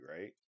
right